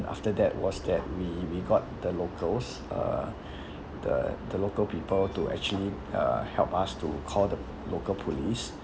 after that was that we we got the locals uh the the local people to actually uh help us to call the local police